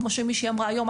כמו שמישהי אמרה היום,